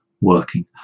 working